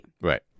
Right